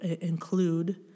include